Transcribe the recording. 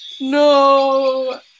No